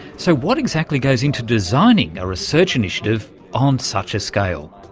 so what exactly goes into designing a research initiative on such a scale?